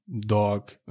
dog